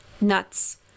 nuts